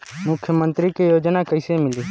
मुख्यमंत्री के योजना कइसे मिली?